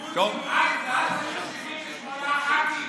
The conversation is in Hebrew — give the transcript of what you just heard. אז היו 78 ח"כים.